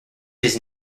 his